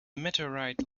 meteorite